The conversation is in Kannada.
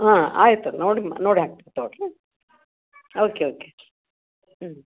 ಹಾಂ ಆಯಿತು ನೋಡಿ ಮಾ ನೋಡಿ ಹಾಕ್ತಿನಿ ತಗೋಳ್ರಿ ಓಕೆ ಓಕೆ ಹ್ಞೂ